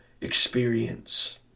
experience